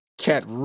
cat